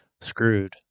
screwed